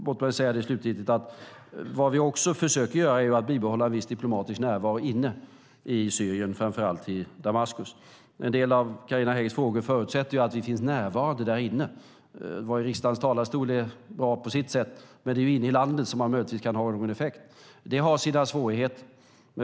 Låt mig säga slutgiltigt att vi försöker bibehålla viss diplomatisk närvaro inne i Syrien, framför allt i Damaskus. En del av Carina Häggs frågor förutsätter att vi finns närvarande där inne. Att stå i riksdagens talarstol är bra på sitt sätt, men det är inne i landet som man möjligtvis kan ha en god effekt. Det har sina svårigheter.